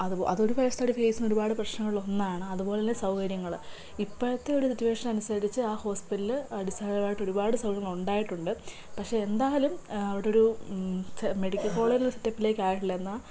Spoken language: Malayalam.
അതൊരു പേർസണൽ ഒരു കേസിന് ഒരുപാട് പ്രശ്നങ്ങളിൽ ഒന്നാണ് അതുപോലെ തന്നെ സൗകര്യങ്ങള് ഇപ്പോഴത്തെ ഒരു സിറ്റുവേഷൻ അനുസരിച്ച് ആ ഹോസ്പിറ്റലില് അടിസ്ഥാനപരമായിട്ട് ഒരുപാട് സൗകര്യങ്ങൾ ഉണ്ടായിട്ടുണ്ട് പക്ഷെ എന്തായാലും അവിടെ ഒരു മെഡിക്കൽ കോളേജിൻ്റെ ഒരു സെറ്റപ്പിലേക്ക് ആയിട്ടില്ല എന്നാൽ